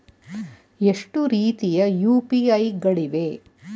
ಎಷ್ಟು ರೀತಿಯ ಯು.ಪಿ.ಐ ಗಳಿವೆ?